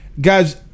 Guys